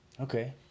Okay